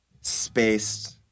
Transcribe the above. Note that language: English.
spaced